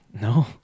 No